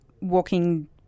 walking